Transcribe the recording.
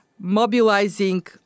mobilizing